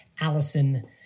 Allison